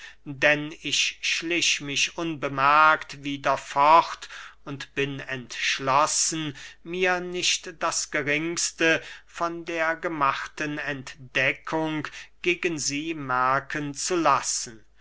denn ich schlich mich unbemerkt wieder fort und bin entschlossen mir nicht das geringste von der gemachten entdeckung gegen sie merken zu lassen